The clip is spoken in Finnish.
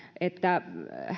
että